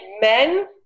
men